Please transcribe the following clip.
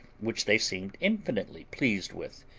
which they seemed infinitely pleased with,